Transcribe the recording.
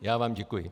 Já vám děkuji.